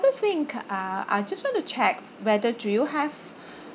thing uh I just want to check whether do you have